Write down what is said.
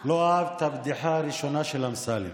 לא אהב את הבדיחה הראשונה של אמסלם